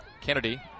Kennedy